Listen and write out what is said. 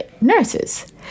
nurses